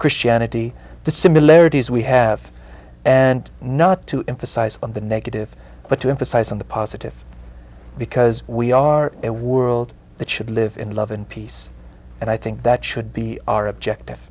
christianity the similarities we have and not to emphasize on the negative but to emphasize on the positive because we are a world that should live in love and peace and i think that should be our objective